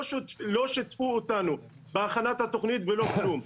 לא שיתפו אותנו בהכנת התכנית ולא כלום.